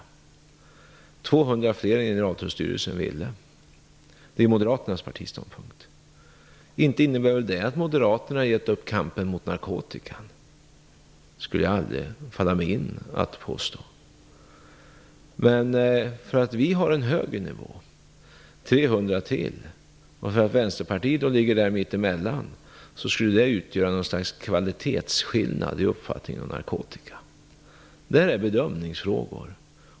Det är 200 fler än Generaltullstyrelsen ville. Det är moderaternas partiståndpunkt. Det innebär väl inte att moderaterna har gett upp kampen mot narkotikan? Det skulle aldrig falla mig in att påstå det. Men att vi har en högre nivå, 300 till, och att Vänsterpartiet ligger mitt emellan, utgör inte någon slags kvalitetsskillnad i uppfattningen om narkotikan. Detta är bedömningsfrågor.